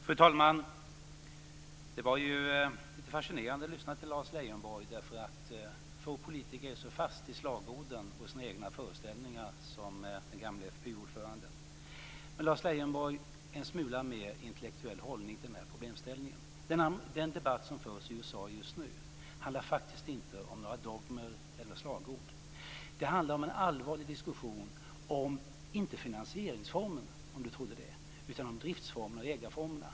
Fru talman! Det var lite fascinerande att lyssna till Lars Leijonborg. Få politiker är så fast i slagorden och i sina egna föreställningar som den gamle FPU ordföranden. Men, Lars Leijonborg, det behövs en smula mer intellektuell hållning till den här problemställningen. Den debatt som förs i USA just nu handlar faktiskt inte om några dogmer eller slagord. Det är en allvarlig diskussion, inte om finansieringsformerna, om Lars Leijonborg trodde det, utan om driftsformerna och ägarformerna.